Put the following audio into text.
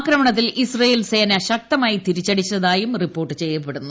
ആക്രമണത്തിൽ ഇസ്രയേൽ സേന ശക്തമായി തിരിച്ചടിച്ചതായി റിപ്പോർട്ട് ചെയ്യപ്പെടുന്നു